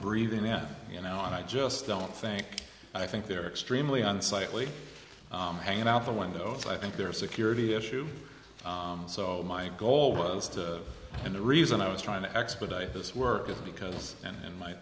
breathing then you know and i just don't think i think they're extremely unsightly hanging out the windows i think they're security issue so my goal was to and the reason i was trying to expedite this work is because in my